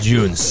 June